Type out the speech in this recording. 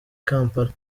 kampala